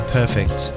perfect